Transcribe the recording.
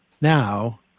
now